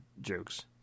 jokes